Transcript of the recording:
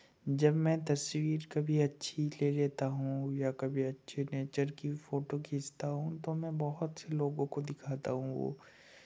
जब मैं तस्वीर कभी अच्छी ले लेता हूँ या कभी अच्छे नेचर की फ़ोटो खींचता हूँ तो मैं बहुत से लोगों को दिखाता हूँ वो